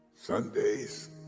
Sunday's